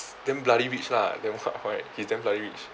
damn bloody rich lah then what why he's damn bloody rich